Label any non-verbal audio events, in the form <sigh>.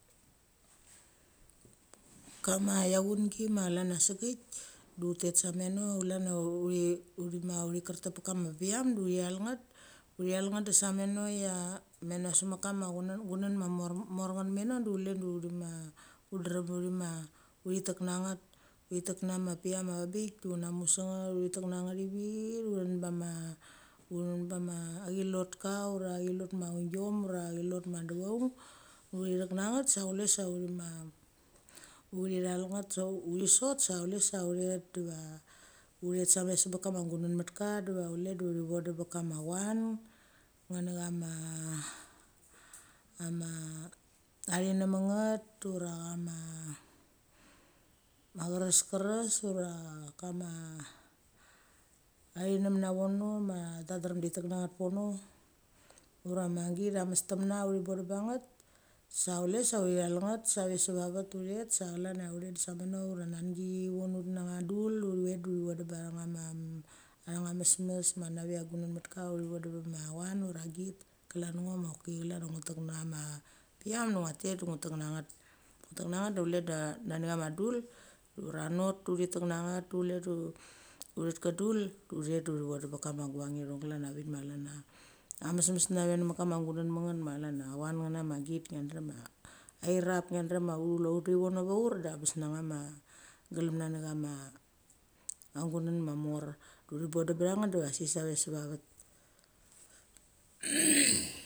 Kama chaungi ma chlan chia segek de ut tet samano chlan uthi uthi kertip pe kama vicham du thi that nget, uthi thal nget de samano ia mano semek kama <unintelligible> gungng ma mork nget mano du chule du thi ma utdrem uthima uthi tek na nget. Uthi tek nama pecham a vengbik de ut namu se nget uthi tek nget ivi, ivi, ivi uthen bama uthen bama chilotka ura chilot ma uniom, ura chilot ma deveung uthithek na nget sa chule sa uthi ma, uthi thal nget sa uthi sot sa uthet diva uthet sav se mek kama gungngmet ka diva chule du thi vondam perkama uan nenechama <hesitation> ama athinimetnget, ura chama cheres keres, ura kama a thinem navono, tha drem thi tek nanet pono ura ma git amestamna uthi bondam betha nget, sa chule uthithal nget save seva vet de uthet sa chlan ia uthet samano ura nangi chi von ut na utha dul ut thet uthi von dem batha cha mesmes ma nave gungngmetka uthi voadem bama uan ura git. Klan ngo ma choki chlan a ngu tek nach ama picham ngo tek de ngu tek na nget, ngu tek na nget de chulede nani chama dul ura not de uthi tek na nget du chule du uthet ka dul gu uthet de uthi vondam pekama guchang ithong klan a vik ma chlan ia amesmes naveneva kamo gungnmet ma chlan a uan necha ma git ngia drem a chirap ngia drem a chule ut vono vaur, de abes nechama glamna nechama gungng mamor de uthi bondem pecha nget diva a sik save se va vet. <noise>